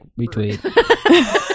retweet